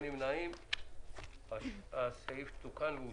הצבעה אושרה.